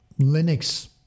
Linux